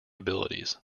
abilities